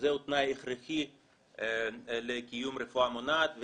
שזה תנאי הכרחי לקיום רפואה מונעת,